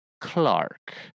Clark